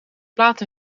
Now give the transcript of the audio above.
plaat